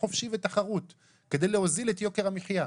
חופשי ותחרות כדי להוזיל את יוקר המחיה.